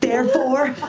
therefore,